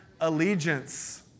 allegiance